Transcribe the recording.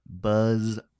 Buzz